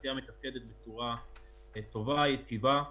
התעשייה מתפקדת בצורה טובה, יציבה.